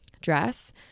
dress